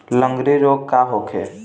लगंड़ी रोग का होखे?